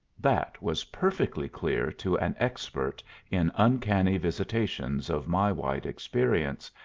that was perfectly clear to an expert in uncanny visitations of my wide experience,